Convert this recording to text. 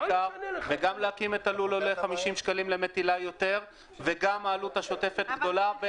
וגם להקים את הלול עולה 50 שקלים יותר למטילה וגם העלות השוטפת גדולה ב